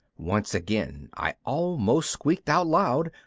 once again i almost squeaked out loud.